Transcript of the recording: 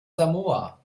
samoa